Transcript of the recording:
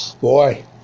Boy